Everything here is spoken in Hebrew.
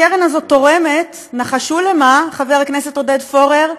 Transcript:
הקרן הזאת תורמת, נחשו למה, חבר הכנסת עודד פורר?